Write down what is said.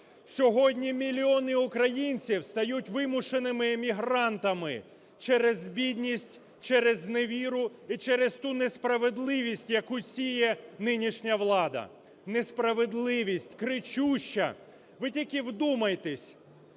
Сьогодні мільйони українців стають вимушеними емігрантами через бідність, через зневіру і через ту несправедливість, яку сіє нинішня влада. Несправедливість кричуща. Ви тільки вдумайтесь,